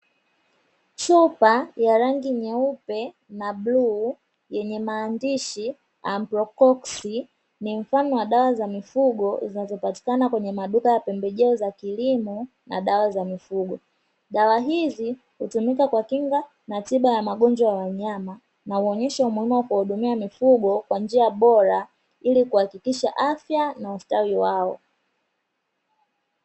Chupa ya rangi nyeupe na bluu yenye maandishi "Amprocox" ni mfano wa dawa za mifugo zinazopatikana kwenye maduka ya pembejeo za kilimo na dawa za mifugo. Dawa hizi hutumika kwa kinga na tiba ya magonjwa ya wanyama na huonyesha umuhimu wa kuhudumia mifugo kwa njia bora ili kuhakikisha afya na ustawi wao.